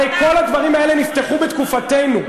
הרי כל הדברים האלה נפתחו בתקופתנו.